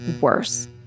worse